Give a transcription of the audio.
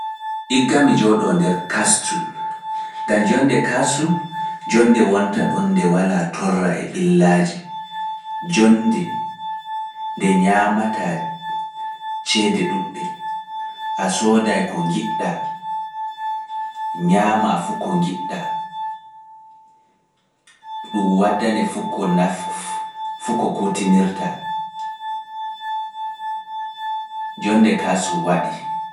Igga mi jooɗoo nder kastul, ngam jonde kastul jonde wonta ɗon nde walaa torra e ɓillaaji, jonde nde ñaamataa ceede ɗuuɗɗe, a sooday ko ngiɗɗaa, ñaamaa fu ko ngiɗɗaa, ɗum waddane fu ko naftirta, fu ko kutinirta, jonde kasu waɗi.